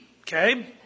Okay